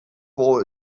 for